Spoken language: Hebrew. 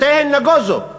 שתיהן נגוזו.